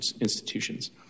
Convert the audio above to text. institutions